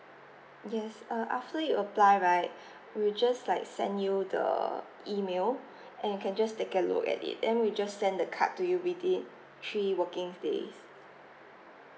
yes uh after you apply right we'll just like send you the email and you can just take a look at it then we just send the card to you within three working days